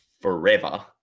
forever